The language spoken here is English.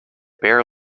bear